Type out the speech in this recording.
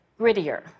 grittier